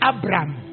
Abraham